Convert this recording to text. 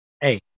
Hey